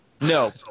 No